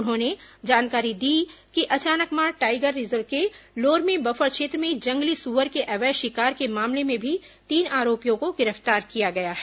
उन्होंने जानकारी दी कि अचानकमार टाईगर रिजर्व के लोरमी बफर क्षेत्र में जंगली सूअर के अवैध शिकार के मामले में भी तीन आरोपियों को गिरफ्तार किया गया है